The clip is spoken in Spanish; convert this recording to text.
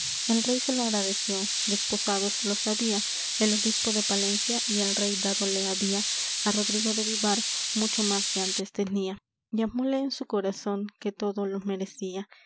el rey se lo agradeció desposados los había el obispo de palencia y el rey dádole había á rodrigo de vivar mucho más que antes tenía y amóle en su corazón que todo lo merecía